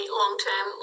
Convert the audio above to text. long-term